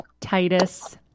Titus